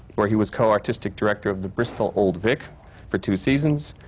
where he was co-artistic director of the bristol old vic for two seasons.